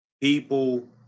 people